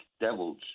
devils